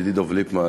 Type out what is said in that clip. ידידי דב ליפמן,